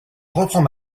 reprends